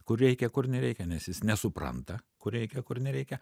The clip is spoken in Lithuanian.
kur reikia kur nereikia nes jis nesupranta kur reikia kur nereikia